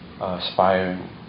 aspiring